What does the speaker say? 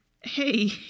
hey